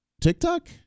TikTok